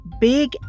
Big